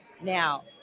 Now